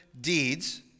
deeds